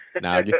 Now